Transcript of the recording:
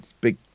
big